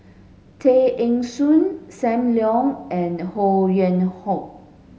Tay Eng Soon Sam Leong and Ho Yuen Hoe